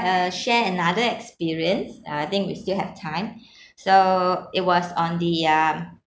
uh share another experience uh I think we still have time so it was on the um